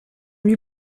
lui